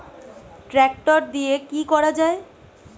Tractor দিয়ে কি করা যায়?